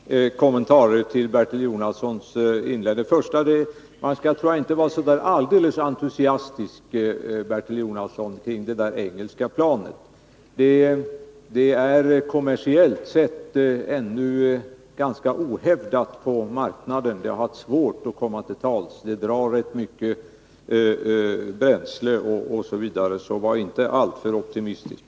Fru talman! Bara två korta kommentarer till Bertil Jonassons inlägg. Den första är att man nog inte skall vara så där alldeles entusiastisk, Bertil Jonasson, till det där engelska planet. Det är kommersiellt sett ännu ganska ohävdat på marknaden, det har varit svårt att komma till tals, det drar rätt mycket bränsle osv., så var inte alltför optimistisk!